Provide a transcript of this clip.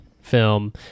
film